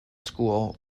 school